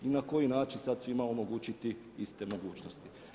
I na koji način sada svima omogućiti iste mogućnosti?